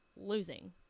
losing